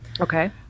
okay